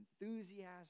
enthusiasm